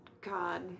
God